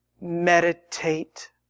meditate